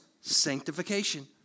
sanctification